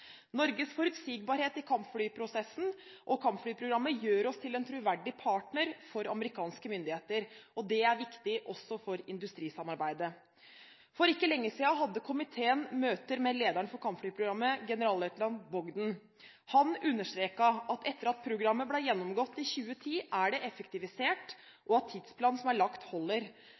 Norges forutsigbarhet i kampflyprosessen og kampflyprogrammet gjør oss til en troverdig partner for amerikanske myndigheter. Det er viktig også for industrisamarbeidet. For ikke lenge siden hadde komiteen møter med lederen for kampflyprogrammet, generalløytnant Bogdan. Han understreket at etter at programmet ble gjennomgått i 2010, er det effektivisert, og at tidsplanen som er lagt, holder.